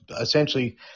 essentially